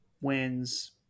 wins